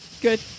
Good